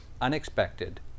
unexpected